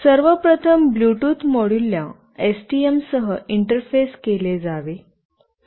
सर्व प्रथम ब्लूटूथ मॉड्यूलला एसटीएम सह इंटरफेस केले जावे